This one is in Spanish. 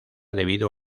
debido